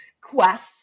quest